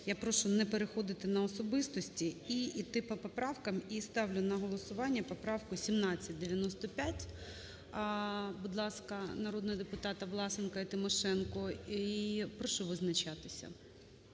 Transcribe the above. Я прошу не переходити на особистості і іти по поправкам. І ставлю на голосування поправку 1795, будь ласка, народного депутата Власенка і Тимошенко. І прошу визначатися.